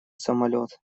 самолёт